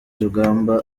rugamba